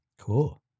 Cool